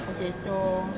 okay so